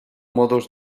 modos